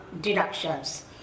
deductions